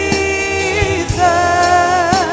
Jesus